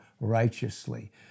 righteously